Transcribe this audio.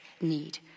need